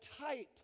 type